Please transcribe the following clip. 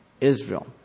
Israel